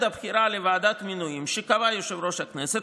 הבחירה לוועדת מינויים שקבע יושב-ראש הכנסת,